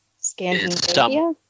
Scandinavia